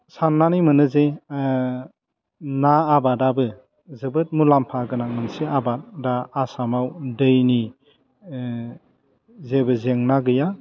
सान्नानै मोनो जे ना आबादाबो जोबोद मुलाम्फा गोनां मोनसे आबाद दा आसामाव दैनि जेबो जेंना गैआ